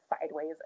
sideways